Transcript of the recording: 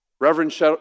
Reverend